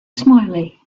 smiley